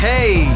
Hey